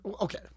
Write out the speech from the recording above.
okay